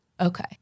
okay